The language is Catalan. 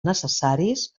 necessaris